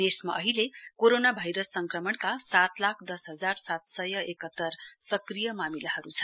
देशमा अहिले corona virus संक्रमणक सात लाख दस हजार सात सय एकातर संक्रिय मामिलाहरू छन्